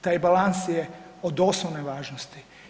Taj balans je od osnovne važnosti.